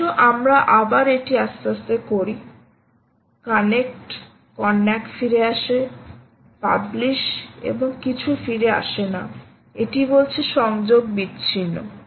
এসো আমরা আবার এটি আস্তে আস্তে করি কানেক্ট কন্নাক ফিরে আসে পাবলিশ এবং কিছু ফিরে আসে না এটি বলছে সংযোগ বিচ্ছিন্ন